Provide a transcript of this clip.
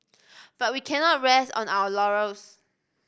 but we cannot rest on our laurels